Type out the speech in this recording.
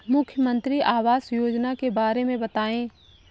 मुख्यमंत्री आवास योजना के बारे में बताए?